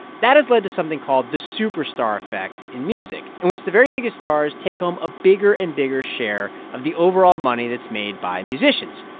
that has led to something called the superstar effect in music in which the very biggest stars take home a bigger and bigger share of the overall money that's made by musicians.